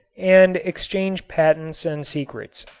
and exchange patents and secrets.